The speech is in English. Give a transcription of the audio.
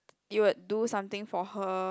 you would do something for her